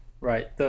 Right